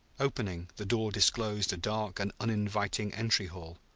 opening, the door disclosed a dark and uninviting entry-hall,